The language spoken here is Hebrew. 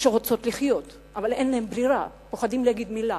שרוצות לחיות אבל אין להן דירה, פוחדים להגיד מלה,